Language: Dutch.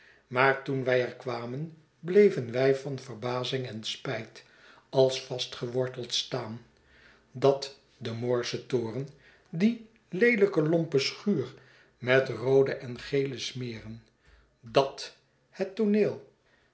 maar toen wij er kwamen bleven wij van verbazing en spijt als vastgeworteld staan dat de moorsche toren die leelijke lompe schuur met roode en gele smeren dat het tooneel